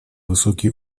высокий